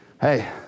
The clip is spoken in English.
Hey